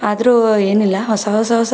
ಆದ್ರೂ ಏನಿಲ್ಲ ಹೊಸ ಹೊಸ ಹೊಸದು